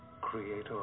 creator